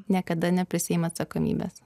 niekada neprisiima atsakomybės